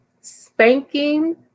spanking